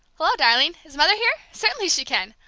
hello, darling! is mother here? certainly she can!